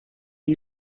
une